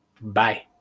Bye